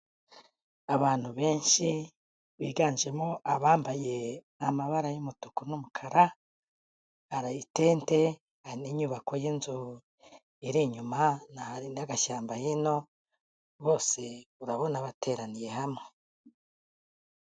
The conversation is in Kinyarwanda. Abantu benshi biganjemo abambaye amabara y'umutuku n'umukara, hari itente hari n'inyubako y'inzu iri inyuma, hari n'agashyamba hino, bose urabona bateraniye hamwe.